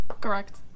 Correct